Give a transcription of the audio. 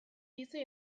bizi